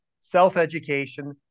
self-education